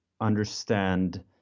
understand